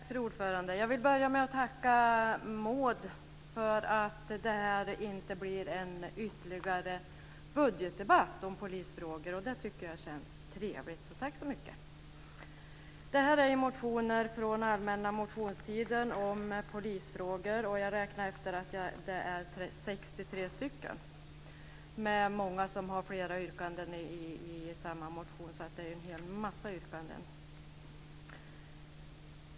Fru talman! Jag vill börja med att tacka Maud för att det här inte blir en ytterligare budgetdebatt om polisfrågor. Det tycker jag känns trevligt, så tack så mycket! Det är motioner från den allmänna motionstiden om polisfrågor. Jag räknade efter att det är 63 stycken med många som har flera yrkanden, så det är en massa yrkanden.